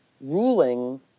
ruling